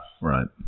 Right